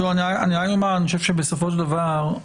בסופו של דבר,